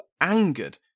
angered